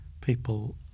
people